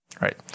Right